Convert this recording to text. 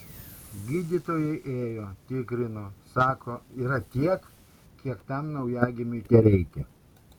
gydytojai ėjo tikrino sako yra tiek kiek tam naujagimiui tereikia